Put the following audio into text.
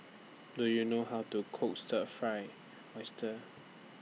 Do YOU know How to Cook Stir Fried Oyster